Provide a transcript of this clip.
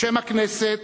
בשם הכנסת